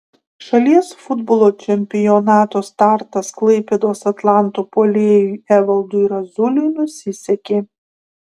šalies futbolo čempionato startas klaipėdos atlanto puolėjui evaldui razuliui nusisekė